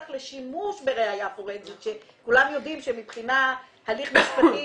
לשימוש בראיה פורנזית שכולם יודעים שמבחינת הליך משפטי,